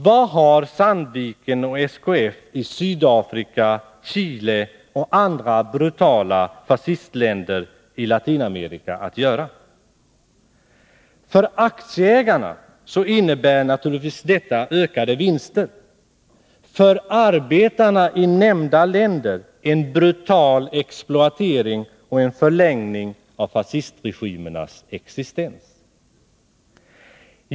Vad har Sandvik och SKF i Sydafrika, Chile och andra brutala fascistländer i Latinamerika att göra? För aktieägarna innebär naturligtvis det förhållandet att företagen kan bedriva verksamhet i dessa länder ökade vinster, men för arbetarna i nämnda länder betyder det en brutal exploatering och en förlängning av fascistregimernas existens.